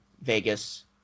Vegas